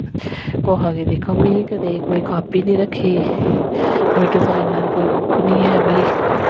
कुसै गी दिक्खो में कदें कोई कापी निं रक्खी कोई डिजाइनर कोई बुक निं ऐ भाई